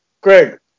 Greg